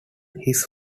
his